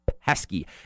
pesky